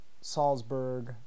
Salzburg